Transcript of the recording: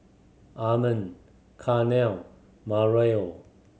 Armand Carnell and Marion